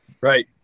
Right